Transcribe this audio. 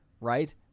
right